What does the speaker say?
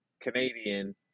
Canadian